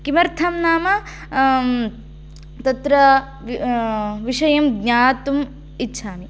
किमर्थं नाम तत्र विषयं ज्ञातुं इच्छामि